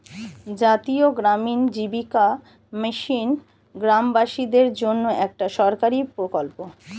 জাতীয় গ্রামীণ জীবিকা মিশন গ্রামবাসীদের জন্যে একটি সরকারি প্রকল্প